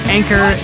Anchor